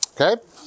okay